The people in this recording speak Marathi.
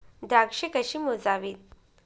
द्राक्षे कशी मोजावीत?